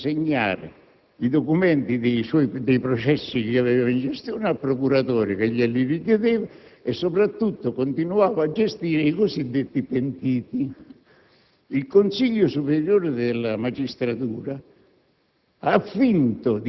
si rifiutava di consegnare i documenti dei processi che aveva in gestione al procuratore che glieli richiedeva e, soprattutto, continuava a gestire i cosiddetti pentiti. Il Consiglio superiore della magistratura